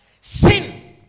sin